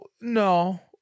no